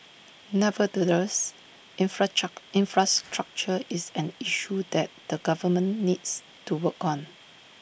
nevertheless infrastructure is an issue that the government needs to work on